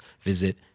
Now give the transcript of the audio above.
visit